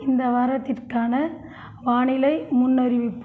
இந்த வாரத்திற்கான வானிலை முன்னறிவிப்பு